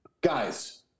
Guys